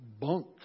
bunk